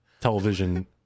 television